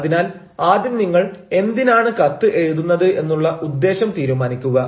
അതിനാൽ ആദ്യം നിങ്ങൾ എന്തിനാണ് കത്ത് എഴുതുന്നത് എന്നുള്ള ഉദ്ദേശം തീരുമാനിക്കുക